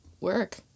work